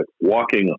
walking